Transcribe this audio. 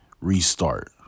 restart